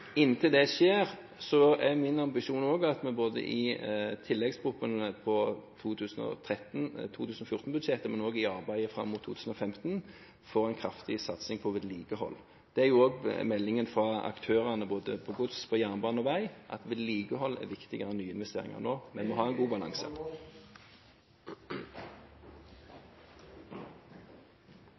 Inntil det skjer er min ambisjon at vi både i tilleggsproposisjonen til 2013/2014-budsjettet, og også i arbeidet fram mot 2015, får en kraftig satsing på vedlikehold. Det er jo også meldingen fra aktørene, både når det gjelder gods, jernbane og vei, at vedlikehold er viktigere enn nye investeringer nå. Man må ha en god balanse.